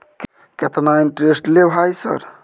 केतना इंटेरेस्ट ले भाई सर?